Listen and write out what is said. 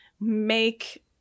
make